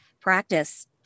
practice